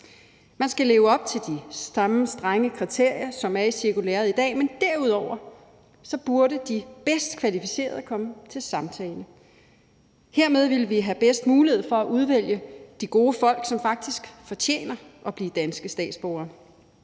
Man skal leve op til de samme strenge kriterier, som er i cirkulæret i dag, men derudover burde de bedst kvalificerede komme til samtale. Hermed ville vi have bedst mulighed for at udvælge de gode folk, som faktisk fortjener at blive danske statsborgere.